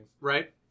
Right